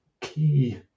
key